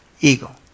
eagle